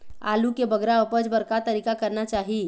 आलू के बगरा उपज बर का तरीका करना चाही?